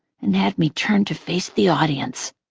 and had me turn to face the audience.